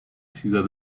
ciudad